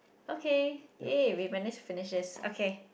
okay !yay! we managed to finish this okay